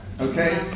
okay